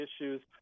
issues